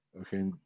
Okay